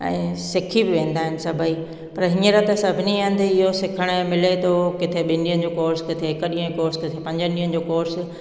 ऐं सिखी बि वेंदा आहिनि सभई पर हींअर त सभिनी हंधि इहो सिखणु मिले थो किथे ॿिनि ॾींहंनि जो कोर्स किथे हिकु ॾींहुं कोर्स किथे पंजनि ॾींहंनि जो कोर्स